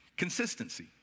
Consistency